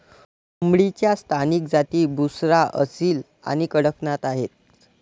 कोंबडीच्या स्थानिक जाती बुसरा, असील आणि कडकनाथ आहेत